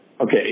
okay